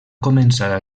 començar